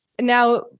Now